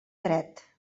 dret